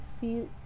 feel